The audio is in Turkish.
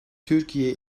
türkiye